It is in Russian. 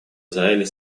израиле